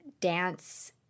dance